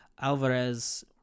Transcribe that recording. Alvarez